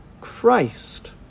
Christ